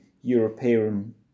european